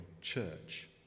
church